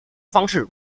方式